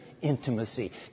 intimacy